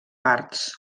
parts